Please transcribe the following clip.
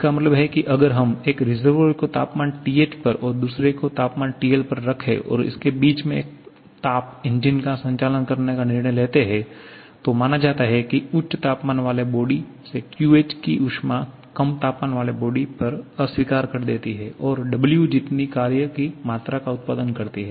इसका मतलब है कि अगर हम एक रिसर्वोयर को तापमान TH पर और दूसरे को तापमान TL पर रखे और इसके बीचमे एक ताप इंजन का संचालन करने का निर्णय लेते हैं तो माना जाता है कि उच्च तापमान वाले बॉडी से QH की ऊष्मा कम तापमान वाले बॉडी पर अस्वीकार कर देती है और W जितनी कार्य की मात्रा का उत्पादन करती है